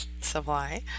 supply